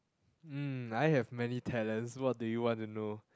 mm I have many talents what do you want to know